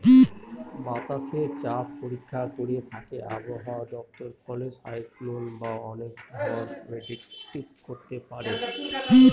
বাতাসের চাপ পরীক্ষা করে থাকে আবহাওয়া দপ্তর ফলে সাইক্লন বা অনেক ঝড় প্রেডিক্ট করতে পারে